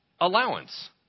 allowance